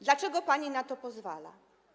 Dlaczego pani na to pozwala?